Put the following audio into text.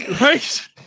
Right